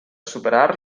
superar